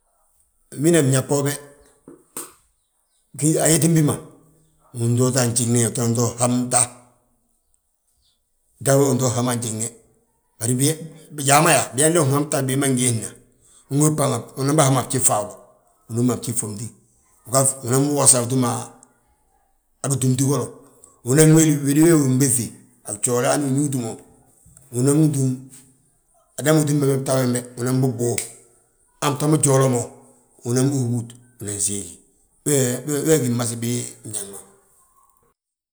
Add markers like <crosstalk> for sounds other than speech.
Bina ñég boobe, <noise> ayetin bi ma, untoote a fnjiŋne utinan to ham ta. Ta wi unto hami a fnjiŋne, bari bijaa ma yaa, biyaa ndi uham ta bi ma, bima ngiisna, ungi bham unan biham a fjif fawula. Unúmi a fjif ffomti. Unan wi wosa, utúma a gitúmti golo, unan uuɓéŧi, wédi wee wi unɓéŧi, a gjoole hanu uñúuti mo. Unan wi túm, a dama utúmbe bta bembe, unan bi ɓuu, <noise> han bta ma joolo mo. unan bi húbut, unan siigi, wee gí mmas bii bñege ma.